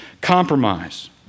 compromise